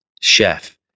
chef